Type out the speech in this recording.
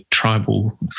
tribal